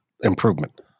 Improvement